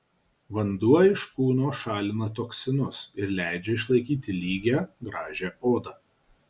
vanduo iš kūno šalina toksinus ir leidžia išlaikyti lygią gražią odą